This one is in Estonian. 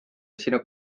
sinu